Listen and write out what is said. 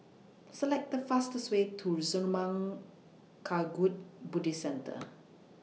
Select The fastest Way to Zurmang Kagyud Buddhist Centre